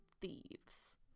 thieves